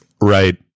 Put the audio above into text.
right